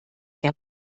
der